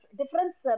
difference